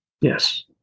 Yes